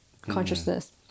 consciousness